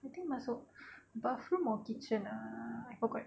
I think masuk bathroom or kitchen ah I forgot